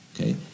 Okay